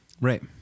right